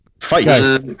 Fight